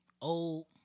old